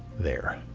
there.